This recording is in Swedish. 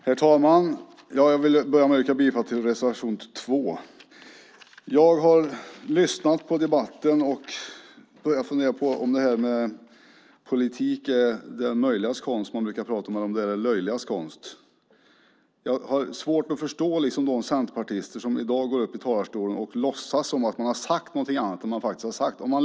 Herr talman! Jag vill börja med att yrka bifall till reservation 2. Jag har lyssnat på debatten och börjar fundera på om politik är det möjligas konst, som man brukar säga, eller om det är det löjligas konst. Jag har svårt att förstå de centerpartister som i dag går upp i talarstolen och låtsas att man har sagt något annat än man faktiskt har sagt.